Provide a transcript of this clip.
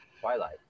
Twilight